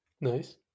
nice